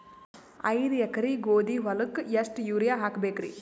ಐದ ಎಕರಿ ಗೋಧಿ ಹೊಲಕ್ಕ ಎಷ್ಟ ಯೂರಿಯಹಾಕಬೆಕ್ರಿ?